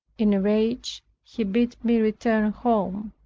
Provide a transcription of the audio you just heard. in a rage he bid me return home.